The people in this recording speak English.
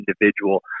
individual